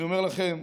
אני אומר לכם,